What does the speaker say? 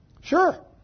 Sure